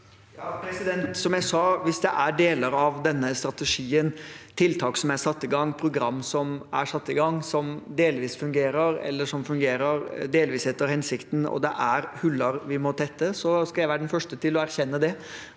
Som jeg sa: Hvis det er deler av denne strategien, tiltak som er satt i gang, program som er satt i gang, som delvis fungerer, eller som fungerer delvis etter hensikten, og det er hull vi må tette, skal jeg være den første til å erkjenne det.